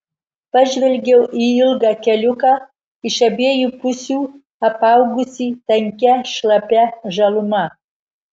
pažvelgiau į ilgą keliuką iš abiejų pusių apaugusį tankia šlapia žaluma